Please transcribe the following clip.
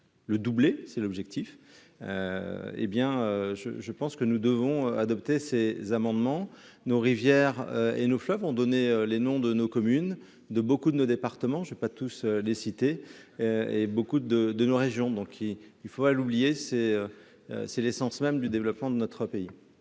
le doublé, c'est l'objectif. Eh bien je je pense que nous devons adopter ces amendements nos rivières et nos fleuves ont donné les noms de nos communes de beaucoup de nos départements. J'ai pas tous les citer. Et beaucoup de, de nos régions donc il il faut à l'oublier c'est. C'est l'essence même du développement de notre pays.